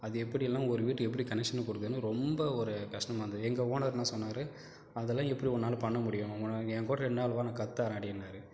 அது எப்படியெல்லாம் ஒரு வீட்டுக்கு எப்படி கனெக்க்ஷன் கொடுக்கறதுன்னு ரொம்ப ஒரு கஷ்டமாக இருந்தது எங்கள் ஓனர் என்ன சொன்னார் அதெல்லாம் எப்படி உன்னால் பண்ண முடியும் உன்னை ஏங்கூட ரெண்டு நாள் வா நான் கற்றுதரேன் அப்படின்னாரு